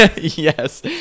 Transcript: Yes